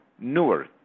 newer